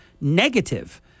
negative